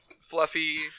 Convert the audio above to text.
fluffy